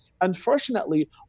unfortunately